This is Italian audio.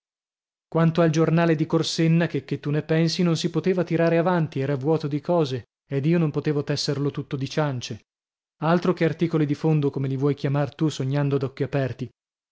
quanto al giornale di corsenna checchè tu ne pensi non si poteva tirare avanti era vuoto di cose ed io non potevo tesserlo tutto di ciance altro che articoli di fondo come li vuoi chiamar tu sognando ad occhi aperti